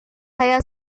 saya